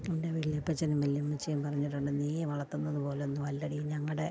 എൻ്റെ വല്യപ്പച്ചനും വല്യമ്മച്ചിയും പറഞ്ഞിട്ടുണ്ട് നീ വളർത്തുന്നത് പോലെയൊന്നും അല്ലെടീ ഞങ്ങളുടെ